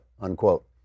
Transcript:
unquote